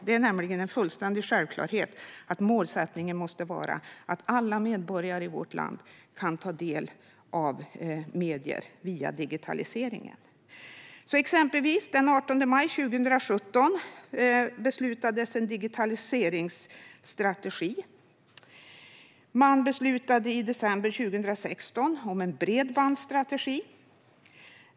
Det är nämligen en fullständig självklarhet att målsättningen måste vara att alla medborgare i vårt land ska kunna ta del av medier via digitaliseringen. Exempel: Den 18 maj 2017 beslutades om en digitaliseringsstrategi. I december 2016 beslutades om en bredbandsstrategi.